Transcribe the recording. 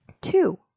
Two